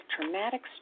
traumatic